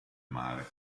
mare